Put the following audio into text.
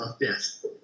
Yes